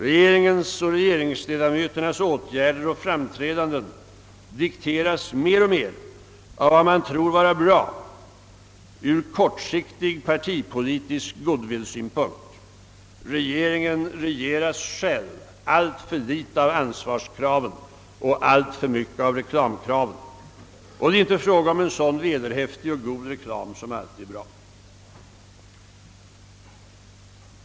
Regeringens och regeringsledamöternas åtgärder och framträdande dikteras mer och mer av vad man tror vara bra ur kortsiktig partipolitisk goodwill-synpunkt. Regeringen regeras själv alltför litet av ansvarskraven och alltför mycket av reklamkraven, och det är inte fråga om en sådan vederhäftig och god reklam som alltid är bra.